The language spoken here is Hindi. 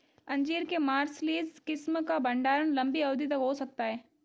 अंजीर के मार्सलीज किस्म का भंडारण लंबी अवधि तक हो सकता है